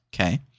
okay